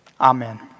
Amen